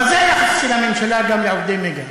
אבל זה היחס של הממשלה גם לעובדי "מגה".